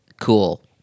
cool